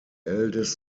eldest